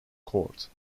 court